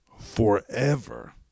forever